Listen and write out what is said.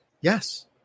yes